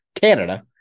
Canada